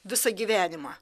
visą gyvenimą